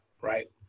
right